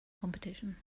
competition